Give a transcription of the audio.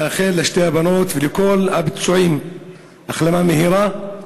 מאחל לשתי הבנות ולכל הפצועים החלמה מהירה.